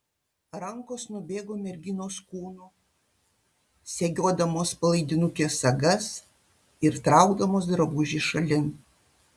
rankos nubėgo merginos kūnu segiodamos palaidinukės sagas ir traukdamos drabužį šalin